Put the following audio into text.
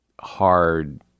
hard